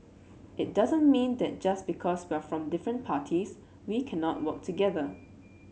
it doesn't mean that just because we're from different parties we cannot work together